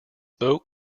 boat